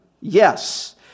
Yes